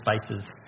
spaces